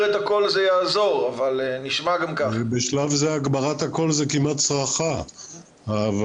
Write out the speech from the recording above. וזה אולי החידוש הגדול שלו סוג של אמנה בין אגף השיקום,